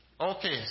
Okay